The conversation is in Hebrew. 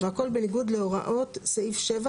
והכל בניגוד להוראות סעיף 7,